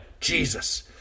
Jesus